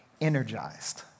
energized